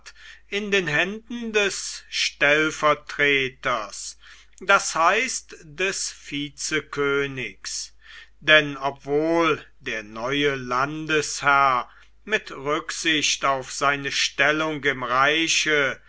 in den händen des stellvertreters das heißt des vizekönigs denn obwohl der neue landesherr mit rücksicht auf seine stellung im reiche